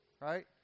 right